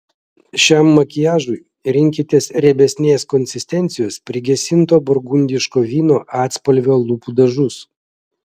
šiam makiažui rinkitės riebesnės konsistencijos prigesinto burgundiško vyno atspalvio lūpų dažus